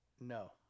No